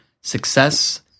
success